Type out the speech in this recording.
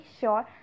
sure